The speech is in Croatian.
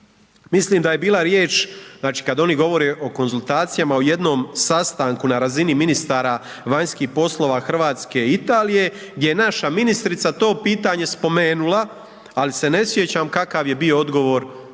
Mislim da je bila riječ, znači, kada oni govore o konzultacijama, o jednom sastanku na razini ministara vanjskih poslova RH i Italije gdje je naša ministrica to pitanje spomenula, ali se ne sjećam kakav je bio odgovor talijanske